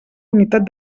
unitat